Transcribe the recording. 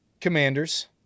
Commanders